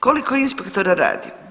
Koliko inspektora radi?